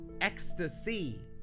ecstasy